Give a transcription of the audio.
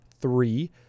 three